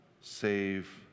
save